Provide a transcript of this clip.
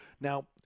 Now